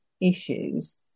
issues